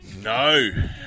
No